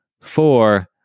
Four